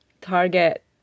target